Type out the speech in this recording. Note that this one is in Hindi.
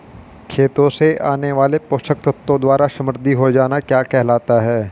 खेतों से आने वाले पोषक तत्वों द्वारा समृद्धि हो जाना क्या कहलाता है?